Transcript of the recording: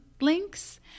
links